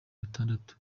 batandatu